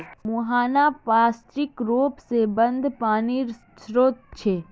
मुहाना पार्श्विक र्रोप से बंद पानीर श्रोत छे